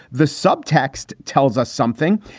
the subtext tells us something.